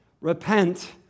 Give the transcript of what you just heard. repent